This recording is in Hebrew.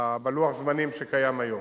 בלוח הזמנים שקיים היום.